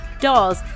dolls